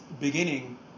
beginning